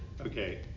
Okay